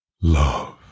love